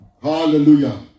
Hallelujah